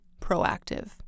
proactive